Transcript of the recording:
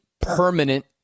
permanent